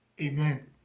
Amen